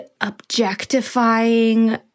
objectifying